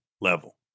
level